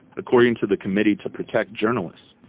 according to the committee to protect journalists.